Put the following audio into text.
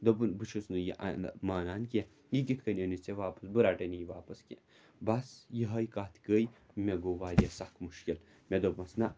دوٚپُن بہٕ چھُس نہٕ یہِ مانان کینٛہہ یہِ کِتھ کَنۍ أنِتھ ژےٚ واپَس بہٕ رَٹَے نہٕ یہِ واپَس کینٛہہ بَس یِہٕے کَتھ گٔے مےٚ گوٚو واریاہ سَخ مُشکل مےٚ دوٚپمَس نہ